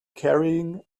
carrying